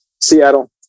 Seattle